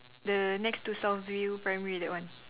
the next to south view primary that one